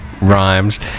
rhymes